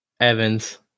Evans